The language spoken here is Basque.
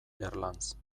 erlanz